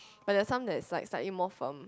but they sound like like like eat more from